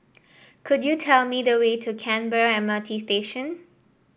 could you tell me the way to Canberra M R T Station